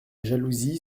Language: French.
jalousie